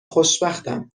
خوشبختم